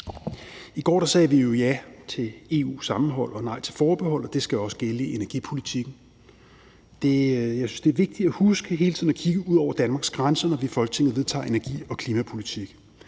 I går sagde vi ja til EU-sammenhold og nej til forbeholdet, og det skal også gælde i energipolitikken. Jeg synes, det er vigtigt at huske hele tiden at kigge ud over Danmarks grænser, når vi i Folketinget vedtager energi- og klimapolitik.